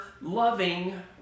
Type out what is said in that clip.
loving